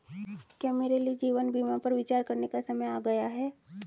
क्या मेरे लिए जीवन बीमा पर विचार करने का समय आ गया है?